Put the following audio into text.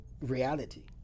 reality